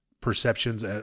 perceptions